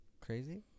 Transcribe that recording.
crazy